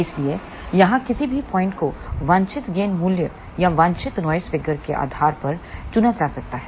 इसलिए यहां किसी भी पॉइंट को वांछित गेन मूल्य या वांछित नॉइस फिगर के आधार पर चुना जा सकता है